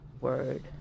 word